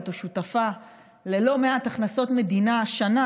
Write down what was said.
או שותפה ללא מעט הכנסות מדינה השנה,